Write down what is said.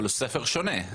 אבל הוא ספר שונה.